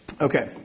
Okay